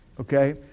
Okay